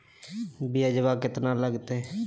ब्यजवा केतना लगते?